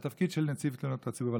התפקיד של נציב תלונות הציבור.